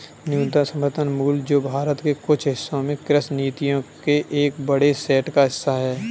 न्यूनतम समर्थन मूल्य जो भारत के कुछ हिस्सों में कृषि नीतियों के एक बड़े सेट का हिस्सा है